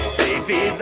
baby